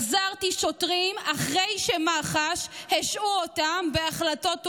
החזרתי שוטרים אחרי שמח"ש השעו אותם בהחלטות אומללות.